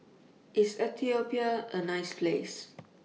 IS Ethiopia A nice Place